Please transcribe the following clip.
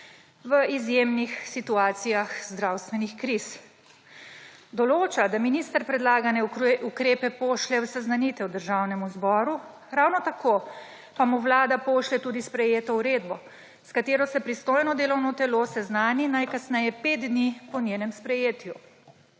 v izjemnih situacijah zdravstvenih kriz. Določa, da minister predlagane ukrepe pošlje v seznanitev Državnemu zboru ravno tako pa mu Vlada pošlje tudi sprejeto uredbo, s katero se pristojno delovno seznani najkasneje pet dni po njenem sprejetju.